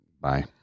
Bye